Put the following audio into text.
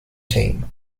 team